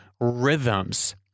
rhythms